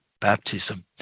baptism